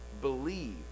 believe